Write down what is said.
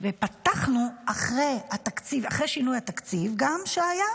פתחנו גם אחרי שינוי התקציב שהיה,